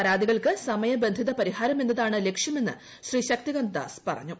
പരാതികൾക്ക് സമയബന്ധിത പരിഹാരം എന്നതാണ് ലക്ഷ്യമെന്ന് ശ്രീ ശക്തികാന്ത ദാസ് പറഞ്ഞു